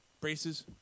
braces